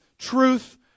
truth